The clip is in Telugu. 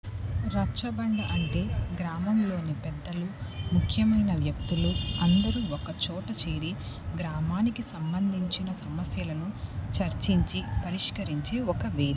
రచ్చబండ అంటే గ్రామంలోని పెద్దలు ముఖ్యమైన వ్యక్తులు అందరూ ఒక్క చోట చేేరి గ్రామానికి సంబంధించిన సమస్యలను చర్చించి పరిష్కరించే ఒక వేదిక